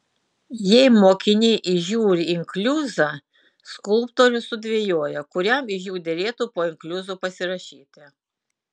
jei mokiniai įžiūri inkliuzą skulptorius sudvejoja kuriam iš jų derėtų po inkliuzu pasirašyti